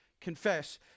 confess